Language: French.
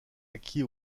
acquit